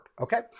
Okay